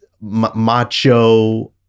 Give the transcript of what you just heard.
macho